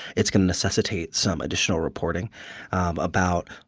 it's going to necessitate some additional reporting about,